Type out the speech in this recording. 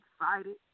excited